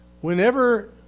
Whenever